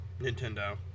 Nintendo